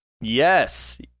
yes